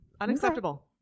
Unacceptable